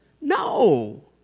No